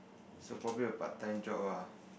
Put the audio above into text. so probably a part time job ah